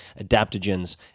adaptogens